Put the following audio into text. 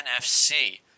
NFC